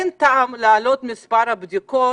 שאין טעם להעלות את מספר הבדיקות